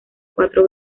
cuatro